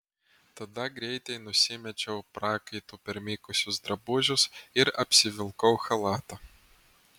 tada greitai nusimečiau prakaitu permirkusius drabužius ir apsivilkau chalatą